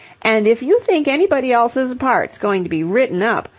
and, if you think anybody else's part's going to be written up.